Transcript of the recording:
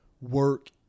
work